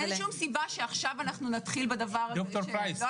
אין סיבה שעכשיו שנתחיל בדבר הזה שלא